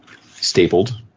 stapled